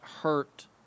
hurt